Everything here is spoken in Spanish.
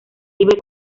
libre